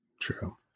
True